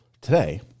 today